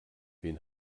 wen